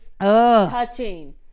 touching